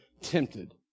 tempted